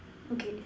okay